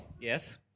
Yes